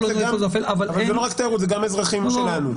זה גם אזרחים שלנו.